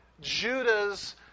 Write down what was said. Judah's